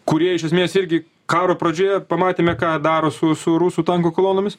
kurie iš esmės irgi karo pradžioje pamatėme ką daro su su rusų tankų kolonomis